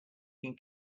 can